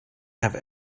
have